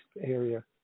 area